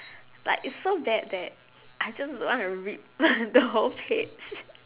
like it's so bad that I just wanna rip the whole page